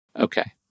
Okay